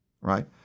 right